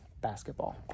basketball